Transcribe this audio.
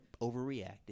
overreacted